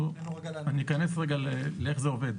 אני אכנס רגע לאיך זה עובד.